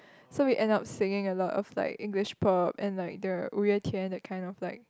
so we end up singing a lot of like English prop and like the Wu-Yue-Tian that kind of like